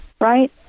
right